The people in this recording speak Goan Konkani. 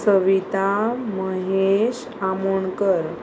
सविता महेश आमोणकर